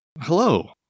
hello